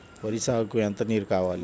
వరి సాగుకు ఎంత నీరు కావాలి?